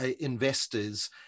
investors